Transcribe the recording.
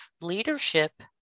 leadership